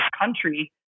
country